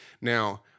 Now